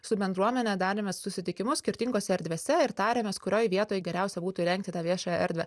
su bendruomene darėme susitikimus skirtingose erdvėse ir tarėmės kurioj vietoj geriausia būtų įrengti tą viešąją erdvę